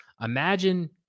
Imagine